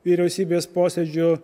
vyriausybės posėdžiu